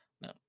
no